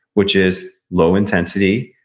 which is low intensity,